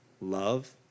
love